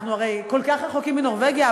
אנחנו הרי כל כך רחוקים מנורבגיה,